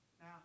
Now